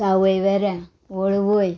सावयवेऱ्या वळवय